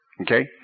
okay